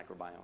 microbiome